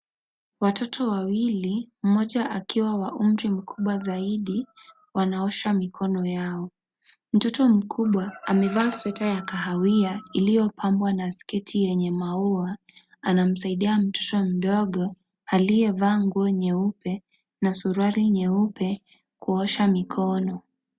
Watoto wawili, mmoja akiwa wa umri mkubwa zaidi, wanaosha mikono yao. Mtoto mkubwa, amevaa sweta ya kahawia, iliyobambwa na sketi yenye maua. Anamsaidia mtoto mdogo, aliyevaa nguo nyeupe na suruali nyeupe, kuosha mikono.